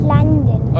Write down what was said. London